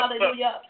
hallelujah